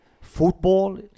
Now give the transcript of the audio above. football